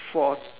for